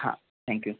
हां थँक्यू